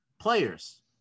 players